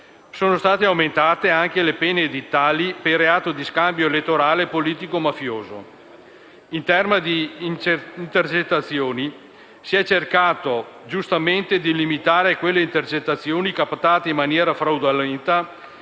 Sono state aumentate anche le pene edittali per il reato di scambio elettorale politico-mafioso. In tema di intercettazioni, si è cercato giustamente di limitare quelle intercettazioni captate fraudolentemente,